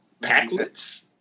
packlets